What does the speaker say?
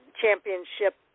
championship